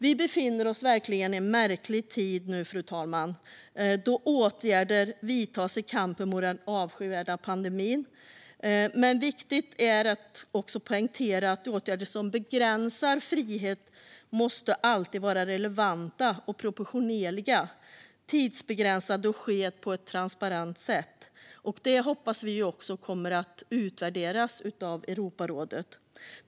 Vi befinner oss verkligen i en märklig tid, fru talman, då åtgärder vidtas i kampen mot den avskyvärda pandemin. Men det är viktigt att poängtera att också åtgärder som begränsar frihet alltid måste vara relevanta, proportionerliga och tidsbegränsade och vidtas på ett transparent sätt. Detta hoppas vi kommer att utvärderas av Europarådet.